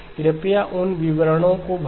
कृपया उन विवरणों को भरें